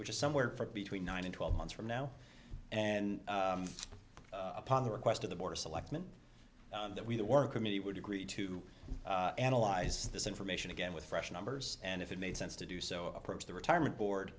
which is somewhere between nine and twelve months from now and upon the request of the border selectman that we the work committee would agree to analyze this information again with fresh numbers and if it made sense to do so approach the retirement board